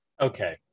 Okay